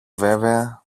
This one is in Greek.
βέβαια